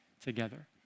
together